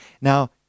Now